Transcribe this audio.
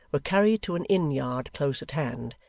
were carried to an inn-yard close at hand,